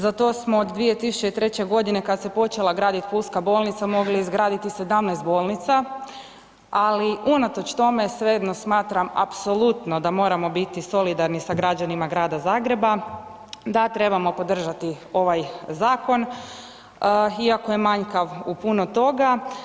Za to smo od 2003. godine kad se počela graditi pulska bolnica mogli izgraditi 17 bolnica, ali unatoč tome svejedno smatram apsolutno da moramo biti solidarni sa građanima Grada Zagreba, da trebamo podržati ovaj zakon iako je manjkav u puno toga.